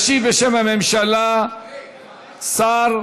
ישיב בשם הממשלה השר